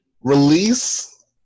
Release